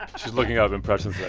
she's looking up impression yeah